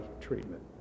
treatment